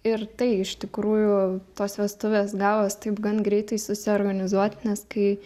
ir tai iš tikrųjų tos vestuvės gavos taip gan greitai susiorganizuot nes kai